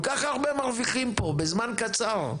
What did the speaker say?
כל כך הרבה מרוויחים פה בזמן קצר,